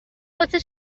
واسه